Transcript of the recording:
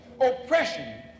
oppression